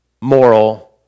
moral